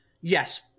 Yes